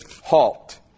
halt